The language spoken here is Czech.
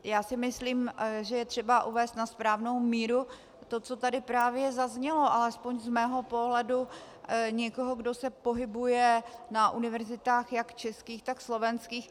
Já si myslím, že je třeba uvést na správnou míru to, co tady právě zaznělo, alespoň z mého pohledu někoho, kdo se pohybuje na univerzitách jak českých, tak slovenských.